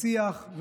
לשיח,